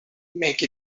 make